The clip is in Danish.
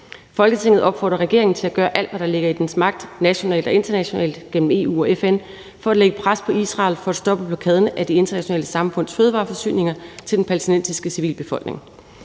Folketinget opfordrer regeringen til at gøre alt, hvad der ligger i dens magt, nationalt og internationalt, gennem EU og FN, for at lægge pres på Israel for at stoppe blokaden af den internationale samfunds fødevareforsyninger til den palæstinensiske civilbefolkning.